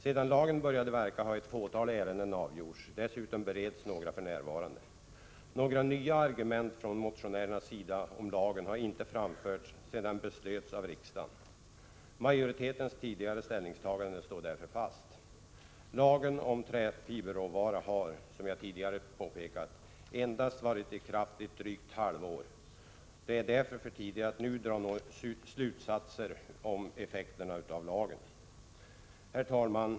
Sedan lagen började verka har ett fåtal ärenden avgjorts. Dessutom bereds några för närvarande. Några nya argument emot lagen har inte framförts från motionärerna sedan den beslöts av riksdagen. Majoritetens tidigare ställningstagande står därför fast. Lagen om träfiberråvara har, som jag tidigare påpekat, endast varit i kraft i drygt ett halvår. Det är därför för tidigt att nu dra några slutsatser om effekterna av lagen. Herr talman!